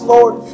Lord